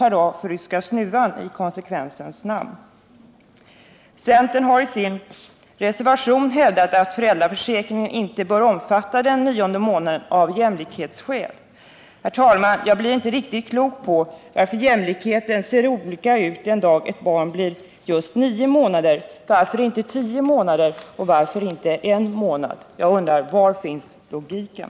per dag för ”ryska snuvan”? Centern har i sin reservation hävdat att föräldraförsäkringen inte bör omfatta den nionde månaden — av jämlikhetsskäl. Herr talman! Jag blir inte riktigt klok på att jämlikheten skall se olika ut den dag då ett barn blir just nio månader — varför inte lika gärna tio månader eller från födseln? Jag undrar: Var finns logiken?